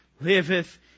liveth